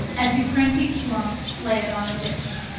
as you print each lump, lay it on a dish.